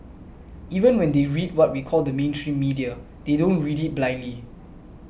even when they read what we call the mainstream media they don't read it blindly